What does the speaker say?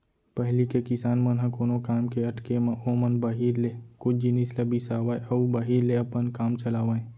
पहिली के किसान मन ह कोनो काम के अटके म ओमन बाहिर ले कुछ जिनिस ल बिसावय अउ बाहिर ले अपन काम चलावयँ